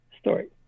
story